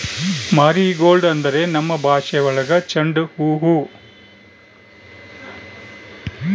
marigold ಅಂದ್ರೆ ನಮ್ ಭಾಷೆ ಒಳಗ ಚೆಂಡು ಹೂವು